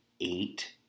eight